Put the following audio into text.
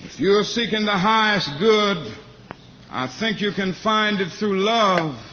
you are seeking the highest good, i think you can find it through love.